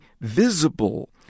visible